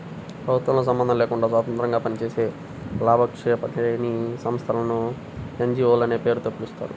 ప్రభుత్వంతో సంబంధం లేకుండా స్వతంత్రంగా పనిచేసే లాభాపేక్ష లేని సంస్థలను ఎన్.జీ.వో లనే పేరుతో పిలుస్తారు